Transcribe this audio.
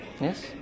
Yes